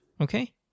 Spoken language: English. Okay